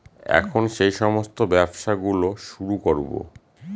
এখন সেই সমস্ত ব্যবসা গুলো শুরু করবো